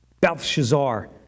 Belshazzar